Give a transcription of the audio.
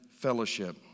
fellowship